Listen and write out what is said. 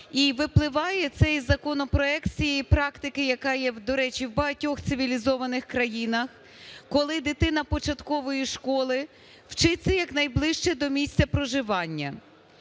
І випливає цей законопроект з цієї практики, яка є, до речі, в багатьох цивілізованих країнах, коли дитина початкової школи вчиться якнайближче до місця проживання.